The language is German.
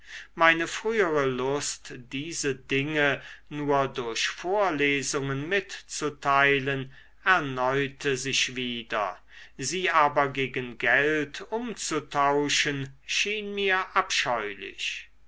meine frühere lust diese dinge nur durch vorlesungen mitzuteilen erneute sich wieder sie aber gegen geld umzutauschen schien mir abscheulich